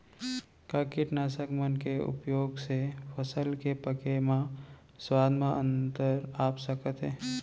का कीटनाशक मन के उपयोग से फसल के पके म स्वाद म अंतर आप सकत हे?